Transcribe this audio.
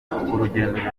rurerure